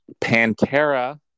Pantera